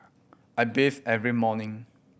I bathe every morning